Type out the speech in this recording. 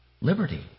Liberty